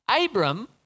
Abram